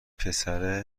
پسر